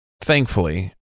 thankfully